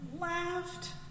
laughed